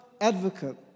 advocate